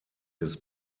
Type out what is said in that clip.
des